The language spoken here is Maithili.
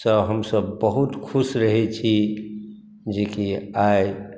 सँ हमसभ बहुत खुश रहैत छी जे कि आइ